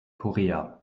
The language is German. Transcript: korea